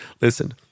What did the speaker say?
listen